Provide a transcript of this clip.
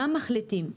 מה מחליטים?